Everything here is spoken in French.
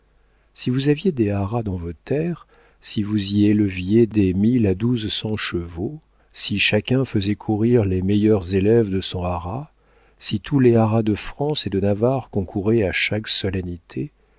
si vous aviez des haras dans vos terres si vous y éleviez des mille à douze cents chevaux si chacun faisait courir les meilleurs élèves de son haras si tous les haras de france et de navarre concouraient à chaque solennité